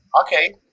Okay